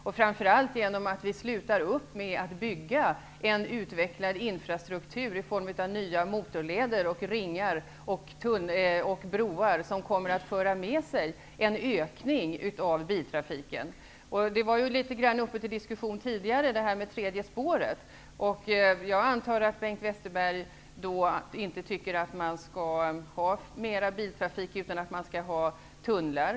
Vi bör också sluta bygga en utvecklad infrastruktur i form av nya motorleder, vägringar och broar, vilka för med sig en ökning av biltrafiken. Det tredje spåret var något uppe till diskussion tidigare. Jag antar att Bengt Westerberg inte anser att vi skall ha mer biltrafik, utan att vi skall ha tunnlar.